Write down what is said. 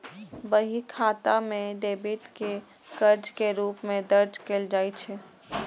बही खाता मे डेबिट कें कर्ज के रूप मे दर्ज कैल जाइ छै